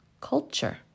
culture